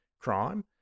crime